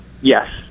yes